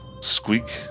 Squeak